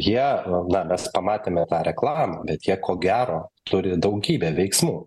jie na mes pamatėme tą reklamą bet jie ko gero turi daugybę veiksmų